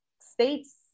states